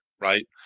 right